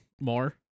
more